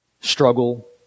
struggle